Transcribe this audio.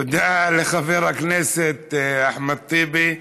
תודה רבה לחבר הכנסת אחמד טיבי.